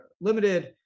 limited